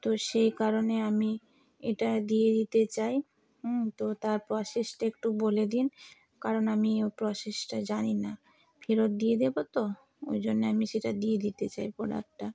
তো সেই কারণে আমি এটা দিয়ে দিতে চাই তো তার প্রসেসটা একটু বলে দিন কারণ আমিও প্রসেসটা জানি না ফেরত দিয়ে দেব তো ওই জন্য আমি সেটা দিয়ে দিতে চাই প্রোডাক্টটা